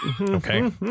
Okay